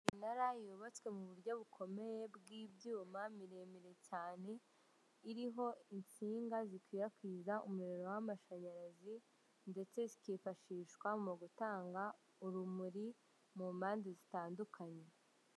Iminara yubatswe mu buryo bukomeye bw'ibyuma miremire cyane, iriho insinga zikwirakwiza umuriro w'amashanyarazi ndetse zikifashishwa mu gutanga urumuri mu mpande zitandukanye.